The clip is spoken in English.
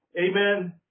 Amen